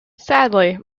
sadly